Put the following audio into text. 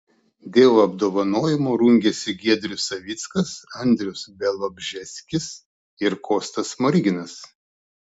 dėl apdovanojimo rungėsi giedrius savickas andrius bialobžeskis ir kostas smoriginas